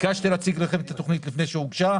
ביקשתי להציג לכם אותה לפני שהיא הוגשה.